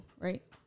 right